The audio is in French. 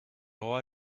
roi